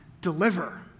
deliver